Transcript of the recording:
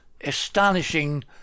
astonishing